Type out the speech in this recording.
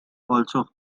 also